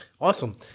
Awesome